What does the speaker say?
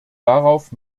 darauf